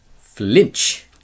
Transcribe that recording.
Flinch